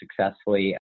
successfully